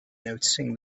noticing